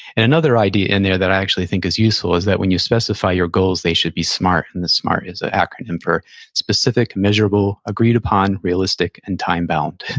and another idea in there that i actually think is useful is that when you specify your goals, they should be smart, and smart is an acronym for specific, measurable, agreed upon, realistic, and time-bound.